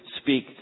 speak